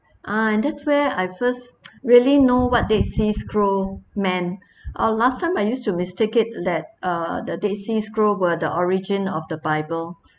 ah that's where I first really know what dead sea scroll meant uh last time I used to mistake it that uh the dead sea scroll were the origin of the bible